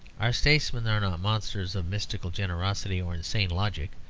our statesmen are not monsters of mystical generosity or insane logic,